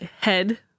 Head